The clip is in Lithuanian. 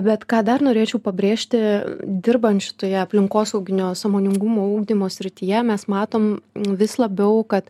bet ką dar norėčiau pabrėžti dirbant šitoje aplinkosauginio sąmoningumo ugdymo srityje mes matom vis labiau kad